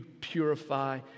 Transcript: purify